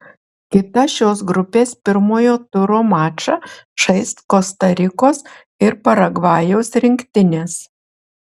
kitą šios grupės pirmojo turo mačą žais kosta rikos ir paragvajaus rinktinės